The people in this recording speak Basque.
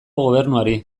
gobernuari